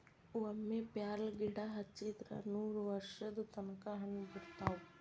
ಒಮ್ಮೆ ಪ್ಯಾರ್ಲಗಿಡಾ ಹಚ್ಚಿದ್ರ ನೂರವರ್ಷದ ತನಕಾ ಹಣ್ಣ ಬಿಡತಾವ